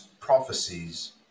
prophecies